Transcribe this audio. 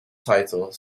title